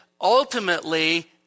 ultimately